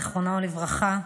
זיכרונו לברכה,